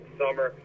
summer